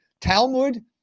Talmud